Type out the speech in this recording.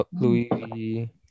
Louis